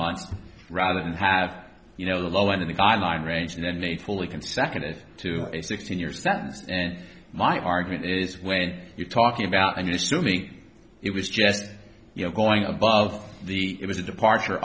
months rather than have you know the low end of the finite range and then they fully consecutive to a sixteen year sentence and my argument is when you're talking about and assuming it was just you know going above the it was a departure